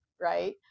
Right